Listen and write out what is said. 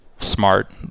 smart